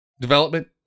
development